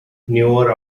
newer